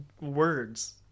words